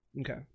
Okay